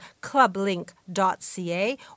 clublink.ca